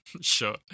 sure